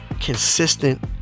consistent